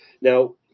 Now